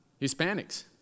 Hispanics